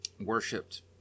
worshipped